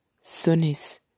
Sunnis